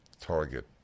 Target